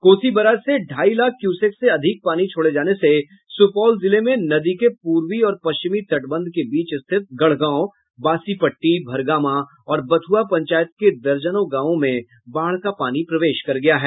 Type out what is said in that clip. Kosi barrage से ढाई lakh cusec से अधिक पानी छोड़े जाने से सुपौल जिले में नदी के पूर्वी और पश्चिमी तटबंध के बीच स्थित गढ़गांव बासीपट्टी भरगामा और बथुआ पंचायत के दर्जनों गांवों में बाढ़ का पानी प्रवेश कर गया है